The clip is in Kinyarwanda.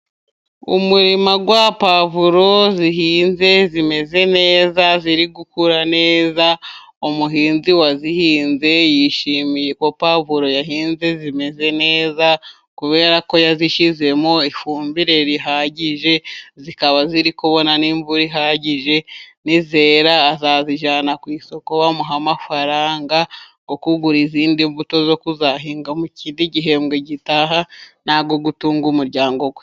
Umurima wa puwavro zihinze zimeze neza, ziri gukura neza, umuhinzi wazihinze yishimiye ko pawuvro yahinze zimeze neza, kubera ko yazishyizemo ifumbire ihagije zikaba ziri kubona n'imvura ihagije, nizera azazijyana ku isoko bamuhe amafaranga, yo kugura izindi mbuto zo kuzahinga mu kindi gihembwe gitaha n'ayo gutunga umuryango we.